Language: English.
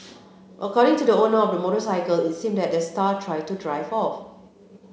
according to the owner of the motorcycle it seemed that the star tried to drive off